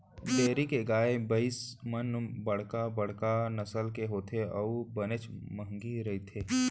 dairy के गाय भईंस मन बड़का बड़का नसल के होथे अउ बनेच महंगी रथें